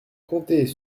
comptez